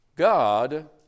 God